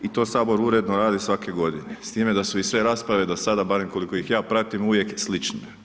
I to Sabor uredno radi svake godine, s time da i u sve rasprave do sada, barem koliko ih ja pravim, uvijek slične.